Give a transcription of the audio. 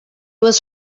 was